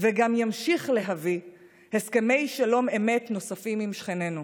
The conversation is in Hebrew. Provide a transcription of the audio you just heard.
וגם ימשיך להביא הסכמי שלום אמת נוספים עם שכנינו,